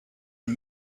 and